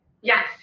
Yes